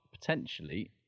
potentially